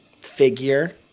figure